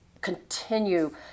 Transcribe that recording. continue